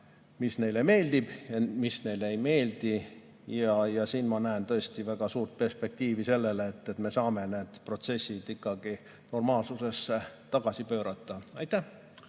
mis neile meeldib ja mis neile ei meeldi. Siin ma näen tõesti väga suurt perspektiivi, et me saame need protsessid normaalsusesse tagasi pöörata. Paul